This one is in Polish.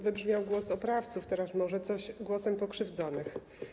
Wybrzmiał głos oprawców, teraz może coś głosem pokrzywdzonych.